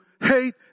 hate